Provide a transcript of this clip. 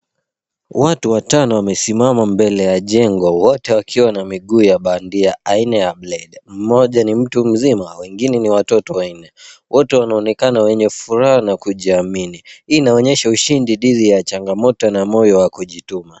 Watu watano wamesimama mbele ya jengo wote wakiwa na miguu ya bandia aina ya blade .Mmoja ni mtu mzima, wengine ni watoto wanne. Wote wanaonekana wenye furaha na kujiamini. Hii inaonyeshaa ushindi dhidi ya changamoto na moyo wa kujituma.